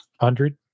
hundred